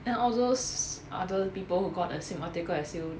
then all those other people who got the same article as you